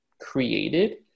created